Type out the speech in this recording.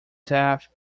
death